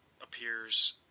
appears